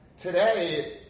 today